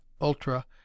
Ultra